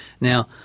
Now